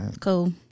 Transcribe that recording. Cool